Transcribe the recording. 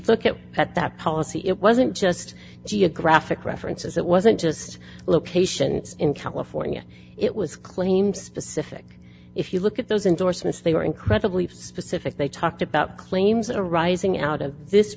look at it at that policy it wasn't just geographic references it wasn't just location in california it was claim specific if you look at those indorsements they were incredibly specific they talked about claims arising out of this